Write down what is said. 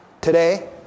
Today